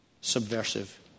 subversive